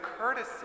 courtesy